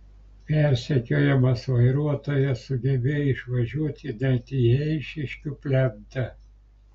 persekiojamas vairuotojas sugebėjo išvažiuoti net į eišiškių plentą